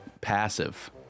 Passive